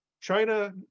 China